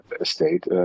estate